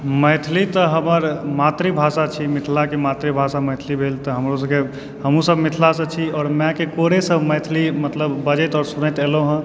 मैथिली तऽ हमर मातृभाषा छी मिथिलाके मातृभाषा मैथिली भेल तऽ हमरो सबकेँ हमहुँ सब मिथिलासंँ छी आओर मायके कोरेसंँ मैथिली मतलब बजैत आओर सुनैत एलहुँ हँ